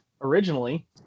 originally